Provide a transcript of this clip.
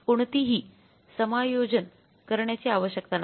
कोणतीही समायोजन करण्याची आवश्यकता नाही